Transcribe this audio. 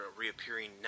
reappearing